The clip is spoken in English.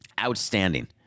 Outstanding